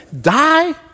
die